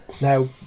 Now